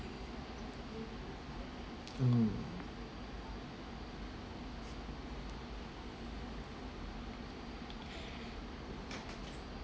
mm